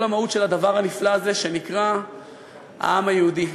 המהות של הדבר הנפלא הזה שנקרא העם היהודי,